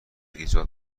ایجاد